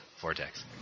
Vortex